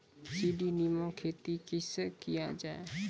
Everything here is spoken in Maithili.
सीडीनुमा खेती कैसे किया जाय?